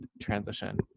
transition